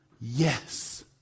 Yes